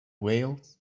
veils